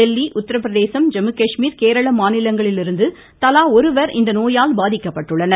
தில்லி உத்திரப்பிரதேசம் ஜம்முகாஷ்மீர் கேரள மாநிலங்களிலிருந்து தலா ஒருவர் இந்நோயால் பாதிக்கப்பட்டுள்ளனர்